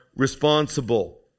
responsible